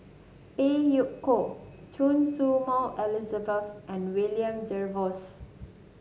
Phey Yew Kok Choy Su Moi Elizabeth and William Jervois